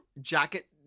jacket